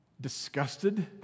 disgusted